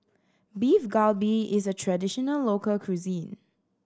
Beef Galbi is a traditional local cuisine